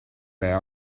mais